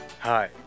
Hi